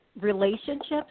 relationships